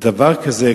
דבר כזה,